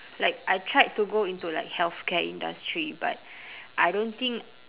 like I tried to go into like healthcare industry but I don't think